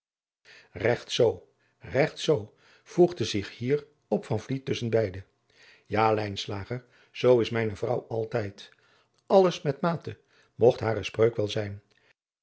regt zoo regt zoo voegde zich hier op van vliet tusschen beide ja lijnslager zoo is mijne vrouw altijd alles met mate mogt hare spreuk wel zijn